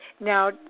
Now